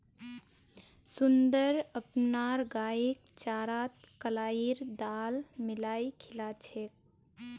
सुंदर अपनार गईक चारात कलाईर दाल मिलइ खिला छेक